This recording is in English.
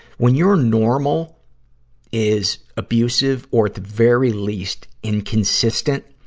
when your normal is abusive or, at the very least, inconsistent,